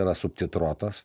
yra subtitruotas